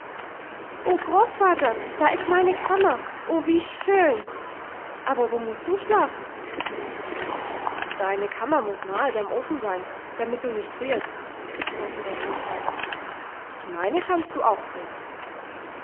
oh großvater da ist meine kammer o wie schön aber wo mußt du schlafen deine kammer muß nahe beim ofen sein damit du nicht frierst sagte der großvater die meine kannst du auch sehen